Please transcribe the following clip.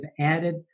added